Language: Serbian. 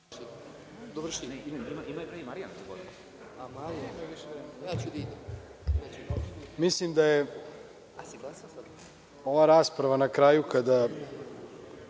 Mislim da je ova rasprava na kraju kada